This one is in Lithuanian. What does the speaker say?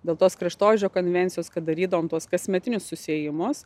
dėl tos kraštovaizdžio konvencijos kad darydavom tuos kasmetinius susiėjimus